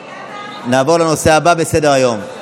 נעבור לנושא הבא שעל סדר-היום,